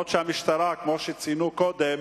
אף-על-פי שהמשטרה, כמו שציינו קודם,